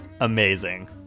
Amazing